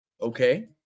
okay